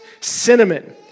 cinnamon